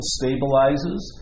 stabilizes